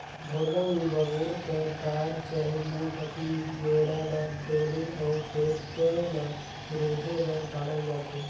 ढोड़गा मे बबूर कर डार चहे मोट अकन गेड़ा ल डोली अउ खेत ल रूधे बर गाड़ल जाथे